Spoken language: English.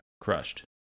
crushed